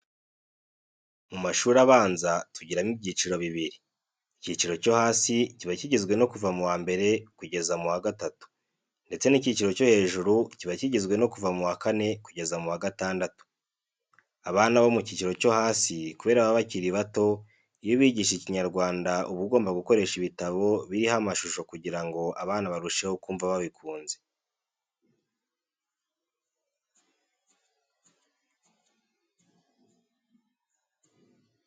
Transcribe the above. Mu mashuri abanza, tugiramo ibyiciro bibiri: ikiciro cyo hasi kiba kigizwe no kuva mu wa mbere kugera mu wa gatatu ndetse n'ikiciro cyo hejuru kiba kigizwe no kuva mu wa kane kugera mu wa gatandatu. Abana bo mu kiciro cyo hasi kubera baba bakiri bato, iyo ubigisha Ikinyarwanda, uba ugomba gukoresha ibitabo biriho amashusho kugira ngo abana barusheho kumva babikunze.